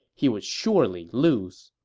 he would surely lose.